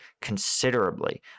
considerably